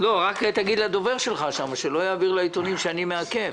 רק תגיד לדובר שלך שלא יודיע לעיתונים שאני מעכב.